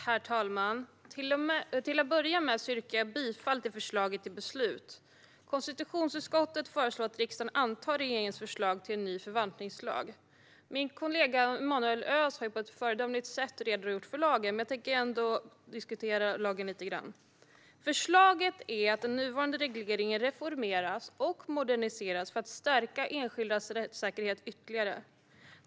Herr talman! Till att börja med yrkar jag bifall till förslaget till beslut. Konstitutionsutskottet föreslår att riksdagen ska anta regeringens förslag till en ny förvaltningslag. Min kollega Emanuel Öz har på ett föredömligt sätt redogjort för lagen, men jag tänker ändå diskutera lagen lite grann. Förslaget är att den nuvarande regleringen reformeras och moderniseras för att stärka enskildas rättssäkerhet ytterligare.